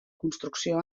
construcció